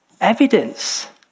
evidence